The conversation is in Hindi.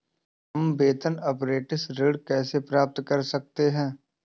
हम वेतन अपरेंटिस ऋण कैसे प्राप्त कर सकते हैं?